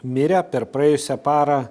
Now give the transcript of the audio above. mirę per praėjusią parą